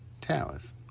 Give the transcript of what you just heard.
Towers